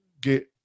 get